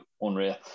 unreal